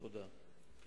תודה.